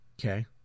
Okay